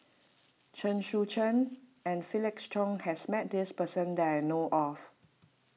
Chen Sucheng and Felix Cheong has met this person that I know of